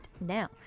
now